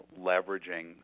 leveraging